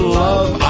love